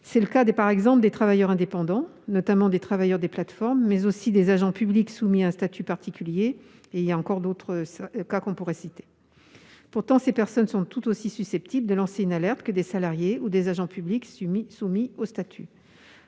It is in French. C'est le cas des travailleurs indépendants, notamment des travailleurs des plateformes, ainsi que des agents publics soumis à un statut particulier- on pourrait citer d'autres exemples encore. Pourtant, ces personnes sont tout aussi susceptibles de lancer une alerte que des salariés ou des agents publics relevant du statut